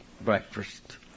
breakfast